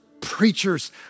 preachers